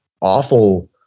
awful